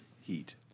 heat